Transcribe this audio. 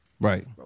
Right